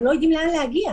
הם לא יודעים לאן להגיע.